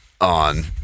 on